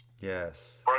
Yes